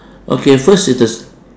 okay first is the